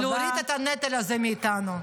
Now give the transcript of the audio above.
להוריד את הנטל הזה מאיתנו.